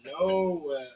No